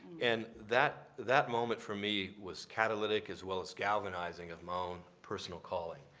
and that that moment for me was catalytic as well as galvanizing of my own personal calling.